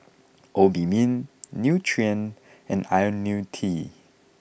Obimin Nutren and Ionil T